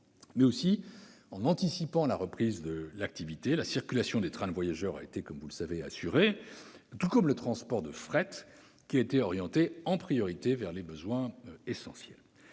mais aussi en anticipant la reprise de l'activité. La circulation des trains de voyageurs a été assurée, tout comme le transport de fret, orienté en priorité vers les besoins essentiels.